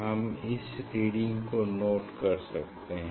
हम इस रीडिंग को नोट कर सकते हैं